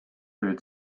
bild